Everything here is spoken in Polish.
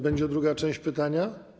Będzie druga część pytania?